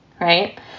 right